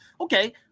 okay